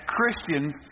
Christians